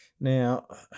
Now